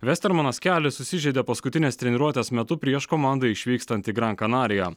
vestermanas kelį susižeidė paskutinės treniruotės metu prieš komandai išvykstant į gran kanariją